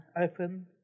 Open